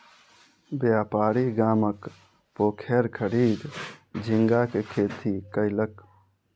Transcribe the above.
व्यापारी गामक पोखैर खरीद झींगा के खेती कयलक